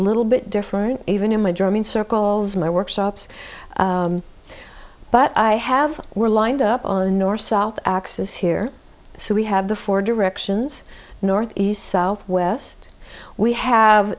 little bit different even in my german circles my workshops but i have were lined up on the north south axis here so we have the four directions north east south west we have